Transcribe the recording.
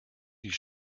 ihre